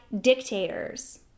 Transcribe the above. dictators